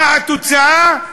מה התוצאה?